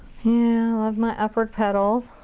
and i love my upward petals.